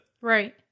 Right